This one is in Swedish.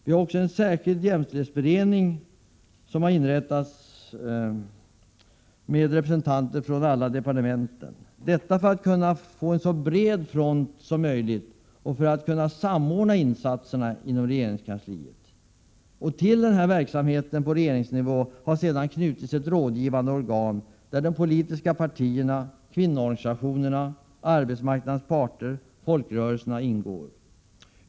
Vidare har en särskild jämställdhetsberedning inrättats med representanter från alla departement — detta för att kunna arbeta på så bred front som möjligt och för att kunna samordna insatserna i regeringskansliet. Till verksamheten på regeringsnivå har sedan knutits ett rådgivande organ, där de politiska partierna, kvinnoorganisationerna, arbetsmarknadens parter och folkrörelserna ingår.